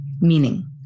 meaning